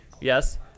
Yes